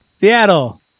Seattle